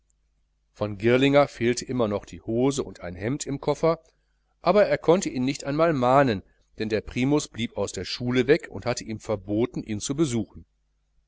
von girlinger fehlte immer noch die hose und ein hemd im koffer aber er konnte ihn nicht einmal mahnen denn der primus blieb aus der schule weg und hatte ihm verboten ihn zu besuchen